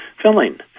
filling